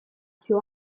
più